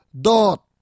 dot